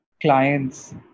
clients